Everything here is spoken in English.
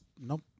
nope